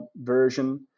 version